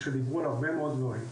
שדיברו על הרבה מאוד דברים,